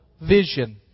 vision